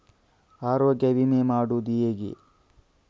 ಆರೋಗ್ಯ ವಿಮೆ ಮಾಡುವುದು ಹೇಗೆ?